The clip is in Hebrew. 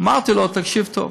אמרתי לו: תקשיב טוב,